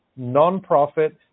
nonprofit